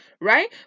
right